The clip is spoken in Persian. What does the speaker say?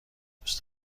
دوست